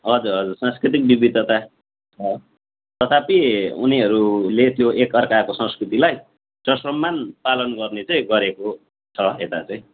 हजुर हजुर सांस्कृतिक विविधता छ तथापि उनीहरूले त्यो एकाअर्काको संस्कृतिलाई ससम्मान पालन गर्ने चाहिँ गरेको हो छ यता चाहिँ